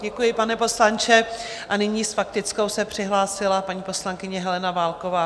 Děkuji, pane poslanče, a nyní se s faktickou přihlásila paní poslankyně Helena Válková.